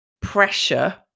pressure